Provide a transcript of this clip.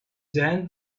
then